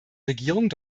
regierung